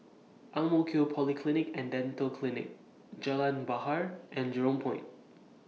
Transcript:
Ang Mo Kio Polyclinic and Dental Clinic Jalan Bahar and Jurong Point